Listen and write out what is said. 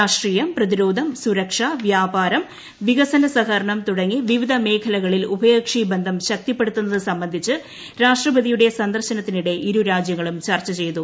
രാഷ്ട്രീയ പ്രതിരോധ സുരക്ഷ വ്യാപാര വികസന സഹകരണം തുടങ്ങി വിവിധ മേഖലകളിൽ ഉഭയകക്ഷി ബന്ധം ശക്തിപ്പെടുത്തുന്നത് സംബന്ധിച്ച് രാഷ്ട്രപതിയുടെ സന്ദർശനത്തിനിടെ ഇരു രാജ്യങ്ങളും ചർച്ച ചെയ്തു